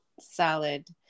salad